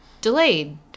delayed